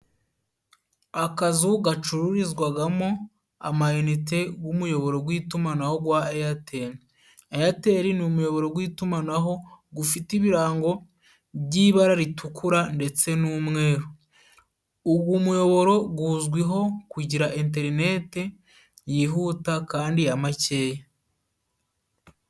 Akazu gacururizwagamo ama inite w'umuyoboro w'itumanaho wa airtel, airtel ni umuyoboro w'itumanaho gufite ibirango by'ibara ritukura ndetse n'umweru. Ugu muyoboro guzwiho kugira interineti yihuta kandi ya makeya.